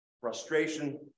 frustration